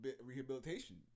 rehabilitation